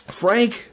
Frank